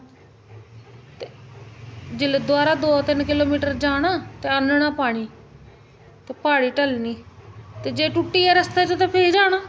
जेल्लै दोआरा दो तिन्न किलोमीटर जाना ते आह्नना पानी ते प्हाड़ी ढलनी ते जे टुटी जाए रस्ते च ते फ्ही जाना